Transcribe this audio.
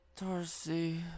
Darcy